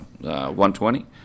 120